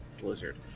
Blizzard